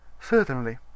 Certainly